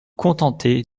contentez